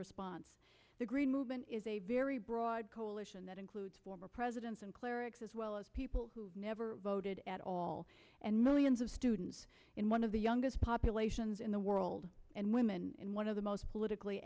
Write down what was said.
response the green movement is a very broad coalition that includes former presidents and clerics as well as people who never voted at all and millions of students in one of the youngest populations in the world and women in one of the most politically